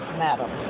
madam